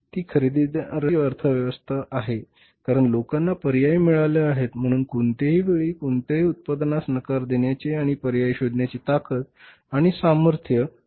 ते खरेदीदाराची अर्थव्यवस्था झाली कारण लोकांना पर्याय मिळाल्या आहेत म्हणून कोणत्याही वेळी कोणत्याही उत्पादनास नकार देण्याचे आणि पर्याय शोधण्याची ताकद आणि सामर्थ्य लोकांमध्ये प्राप्त झाले आहे